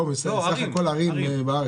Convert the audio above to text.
לא, בסך הכול ערים בארץ.